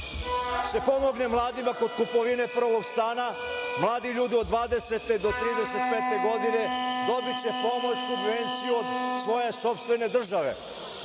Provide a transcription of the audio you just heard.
se pomogne mladima kod kupovine prvog stana, mladi ljudi od 20. do 35. godine dobiće pomoć, subvenciju od svoje sopstvene države.